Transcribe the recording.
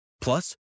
Plus